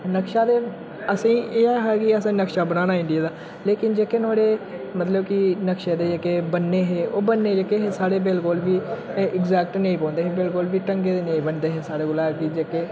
नक्शा ते असेंगी एह हा कि असें नक्शा बनाना इन्डिया दा लेकिन जेह्के नोहाड़े मतलब कि नक्शे दे जेह्के बन्ने हे ओह् बन्ने जेह्के हे साढ़े कोला बिलकुल बी इग्जेक्ट नेईं बौंह्दे हे बिलकुल बी ढंगै दे नेईं बनदे हे स्हाडे़ कोला कीजे के